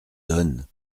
donne